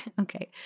Okay